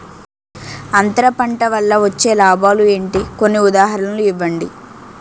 అంతర పంట వల్ల వచ్చే లాభాలు ఏంటి? కొన్ని ఉదాహరణలు ఇవ్వండి?